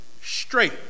straight